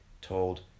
told